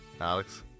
Alex